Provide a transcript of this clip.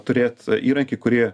turėt įrankį kurie